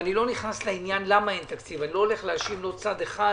אני לא נכנס לשאלה למה אין תקציב.